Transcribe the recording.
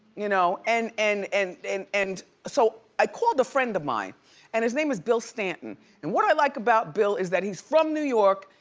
you know? and and and and and so i called a friend of mine and his name is bill stanton and what i like about bill is that he's from new york,